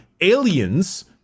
aliens